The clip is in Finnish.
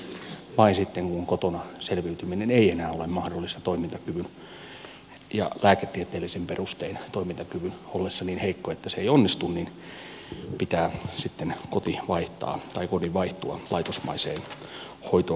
vain silloin kun kotona selviytyminen ei enää ole mahdollista toimintakyvyn ollessa lääketieteellisin perustein niin heikko että se ei onnistu pitää sitten kodin vaihtua laitosmaiseen hoitoon ja hoivaan